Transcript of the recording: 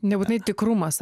nebūtinai tikrumas